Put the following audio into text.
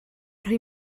rhoi